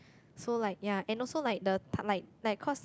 so like ya and also like the ta~ like like cause